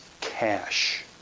cash